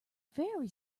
very